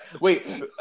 wait